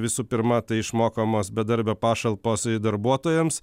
visų pirma tai išmokamos bedarbio pašalpos darbuotojams